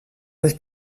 ich